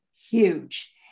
huge